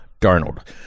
darnold